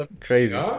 Crazy